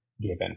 given